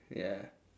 ya